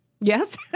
Yes